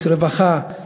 רווחה,